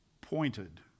pointed